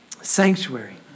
sanctuary